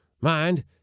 Mind